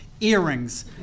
earrings